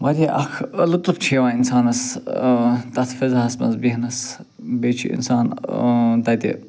واریاہ اکھ لُطف چھِ یِوان اِنسانس تَتھ فِضاہَس منٛز بیٚہنَس بیٚیہِ چھُ اِنسان تَتہِ